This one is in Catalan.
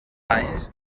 anys